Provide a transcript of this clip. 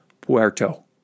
Puerto